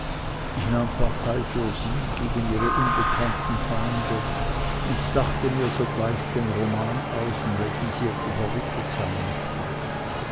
ich nahm partei für sie gegen ihre unbekannten feinde und dachte mir sogleich den roman aus in welchen sie etwa verwickelt sein möchte